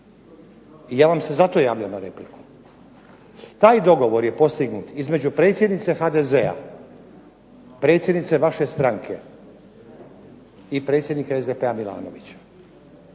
i ja vam se zato javljam na repliku. Taj dogovor je postignuti između predsjednice HDZ-a, predsjednice vaše stranke i predsjednika SDP-a Milanovića.